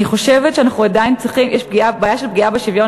אני חושבת שיש בעיה של פגיעה בשוויון